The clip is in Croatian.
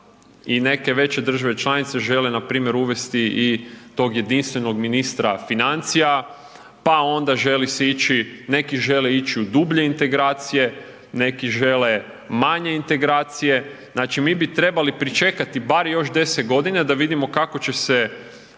i neke veće države članice žele npr. uvesti i tog jedinstvenog ministra financija, pa onda želi se ići, neki žele ići u dublje integracije, neki žele manje integracije, znači bi trebali pričekati bar još 10 godina da vidimo kako će se